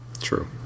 True